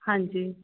ਹਾਂਜੀ